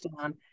down